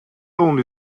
only